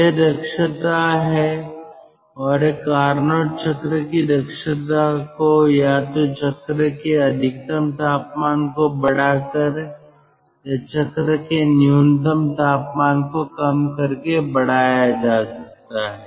यह दक्षता है और एक कारनोट चक्र की दक्षता को या तो चक्र के अधिकतम तापमान को बढ़ाकर या चक्र के न्यूनतम तापमान को कम करके बढ़ाया जा सकता है